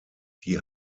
die